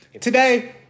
Today